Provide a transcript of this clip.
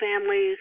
families